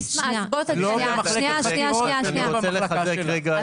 לא במחלקת חקירות ולא במחלקה שלך.